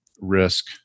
risk